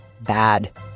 bad